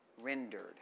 rendered